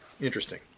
Interesting